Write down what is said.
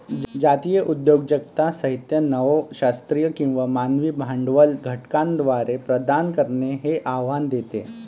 जातीय उद्योजकता साहित्य नव शास्त्रीय किंवा मानवी भांडवल घटकांद्वारे प्रदान करणे हे आव्हान देते